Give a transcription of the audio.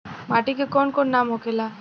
माटी के कौन कौन नाम होखेला?